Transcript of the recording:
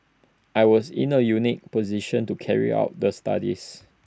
I was in A unique position to carry out the studies